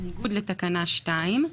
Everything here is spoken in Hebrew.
בניגוד לתקנה 2,